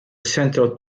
central